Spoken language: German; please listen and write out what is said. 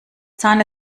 sahne